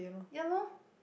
ya lor